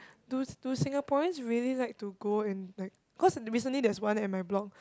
do s~ do Singaporeans really like to go and like cause the recently there's one at my block